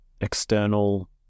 external